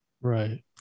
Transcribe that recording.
right